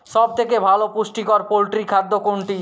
সব থেকে ভালো পুষ্টিকর পোল্ট্রী খাদ্য কোনটি?